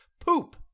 poop